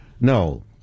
no